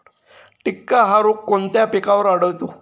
टिक्का हा रोग कोणत्या पिकावर आढळतो?